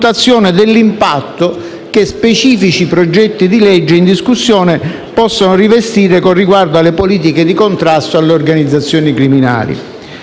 dell'impatto che specifici disegni di legge in discussione possono rivestire, con riguardo alle politiche di contrasto alle organizzazioni criminali.